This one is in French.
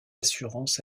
assurances